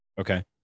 Okay